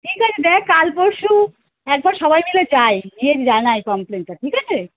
ঠিক আছে দেখ কাল পশশু একবার সবাই মিলে যাই গিয়ে জানাই কমপ্লেনটা ঠিক আছে